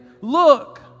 Look